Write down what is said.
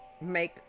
make